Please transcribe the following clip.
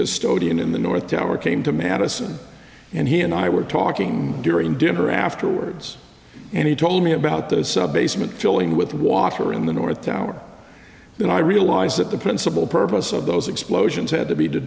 custodian in the north tower came to madison and he and i were talking during dinner afterwards and he told me about the subbasement filling with water in the north tower then i realized that the principal purpose of those explosions had to be t